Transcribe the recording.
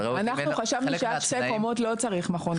אנחנו חשבנו שעד שתי קומות לא יהיה חייב מכון בקרה.